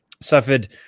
suffered